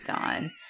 on